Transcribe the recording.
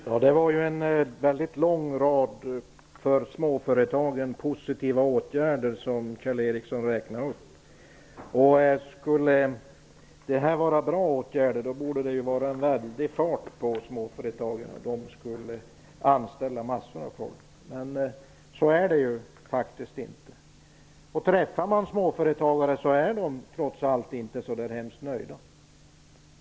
Herr talman! Det var en väldigt lång rad positiva åtgärder för småföretagen som Kjell Ericsson räknade upp. Om det hade varit bra åtgärder borde det vara en väldig fart på småföretagen, och de skulle anställa massor av folk. Men så är det inte. Småföretagare som man träffar är trots allt inte så nöjda.